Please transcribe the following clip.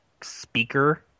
speaker